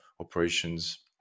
operations